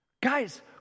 guys